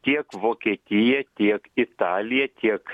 tiek vokietija tiek italija tiek